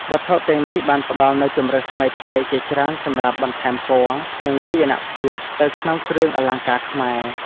វត្ថុទាំងនេះបានផ្តល់នូវជម្រើសថ្មីៗជាច្រើនសម្រាប់បន្ថែមពណ៌ និងវាយនភាពទៅក្នុងគ្រឿងអលង្ការខ្មែរ។